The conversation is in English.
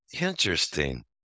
Interesting